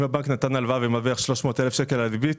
אם הבנק נתן הלוואה והוא מרוויח 300,000 שקל על הריבית,